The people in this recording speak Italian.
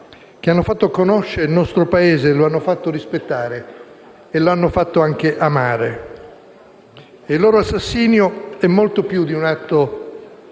che hanno fatto conoscere il nostro Paese, lo hanno fatto rispettare e lo hanno fatto anche amare. Il loro assassinio è molto più di un atto